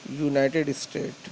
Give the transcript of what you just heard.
united state